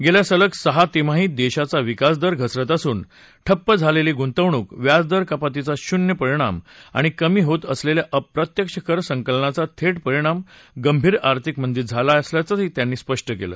गेल्या सलग सहा तिमाहीत देशाचा विकासदर घसरत असून ठप्प झालेली गुंतवणूक व्याजदर कपातीचा शून्य परिणाम आणि कमी होत असलेल्या अप्रत्यक्ष कर संकलनाचा थेठपरिणाम गंभीर आर्थिक मंदीत झाला असं त्यांनी सांगितलं